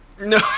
No